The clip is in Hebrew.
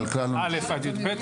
א׳-י״ב.